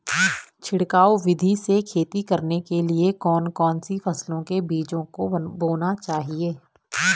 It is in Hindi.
छिड़काव विधि से खेती करने के लिए कौन कौन सी फसलों के बीजों को बोना चाहिए?